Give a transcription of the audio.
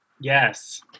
Yes